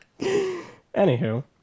Anywho